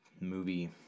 movie